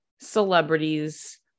celebrities